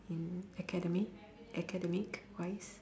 in academy academic wise